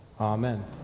Amen